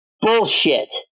bullshit